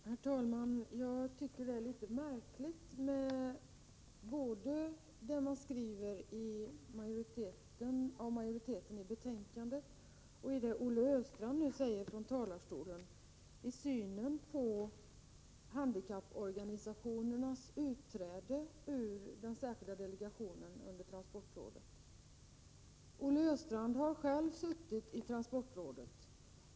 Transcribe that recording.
Herr talman! Jag tycker att både det som utskottsmajoriteten skriver i betänkandet och det som Olle Östrand nu säger i talarstolen är litet märkligt när det gäller synen på handikapporganisationernas utträde ur den särskilda delegationen under transportrådet. Olle Östrand har själv suttit i transport rådet.